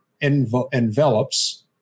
envelops